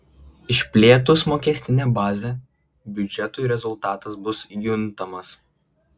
išplėtus mokestinę bazę biudžetui rezultatas bus juntamas